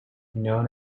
known